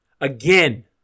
Again